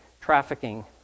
trafficking